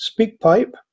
SpeakPipe